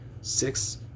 six